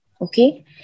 Okay